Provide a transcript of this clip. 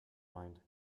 mind